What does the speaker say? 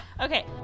Okay